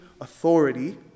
authority